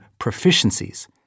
proficiencies